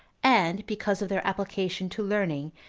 and because of their application to learning,